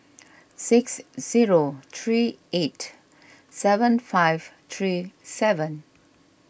six zero three eight seven five three seven